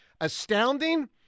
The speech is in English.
astounding